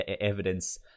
evidence